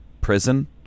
prison